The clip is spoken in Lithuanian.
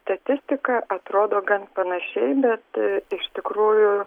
statistika atrodo gan panašiai bet iš tikrųjų